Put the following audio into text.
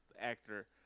actor